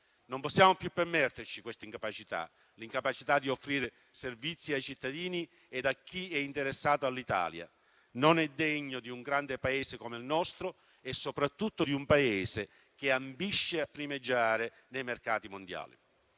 Non possiamo più permetterci quest'incapacità di offrire servizi ai cittadini e a chi è interessato all'Italia: non è degno di un grande Paese come il nostro, che soprattutto ambisce a primeggiare nei mercati mondiali.